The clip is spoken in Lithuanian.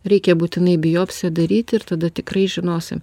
reikia būtinai biopsiją daryti ir tada tikrai žinosi